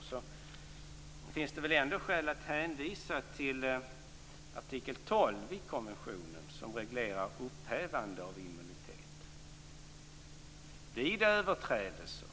Här finns det väl ändå skäl att hänvisa till artikel 12 i konventionen som reglerar upphävande av immuniteten vid överträdelser.